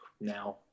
now